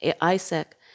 Isaac